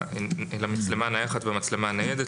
למצלמה הנייחת ולמצלמה הניידת.